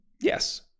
Yes